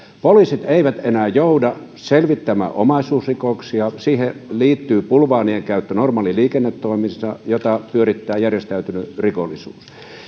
poliisit eivät enää jouda selvittämään omaisuusrikoksia siihen liittyy bulvaanien käyttö normaaleissa liiketoimissa joita pyörittää järjestäytynyt rikollisuus